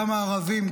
גם הערבים,